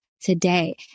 today